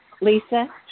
Lisa